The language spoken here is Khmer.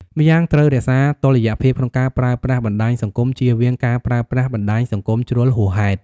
ម្យ៉ាងត្រូវរក្សាតុល្យភាពក្នុងការប្រើប្រាស់បណ្តាញសង្គម ជៀសវៀងការប្រើប្រាប់បណ្តាញសង្គមជ្រុលហួសហេតុ។